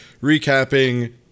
recapping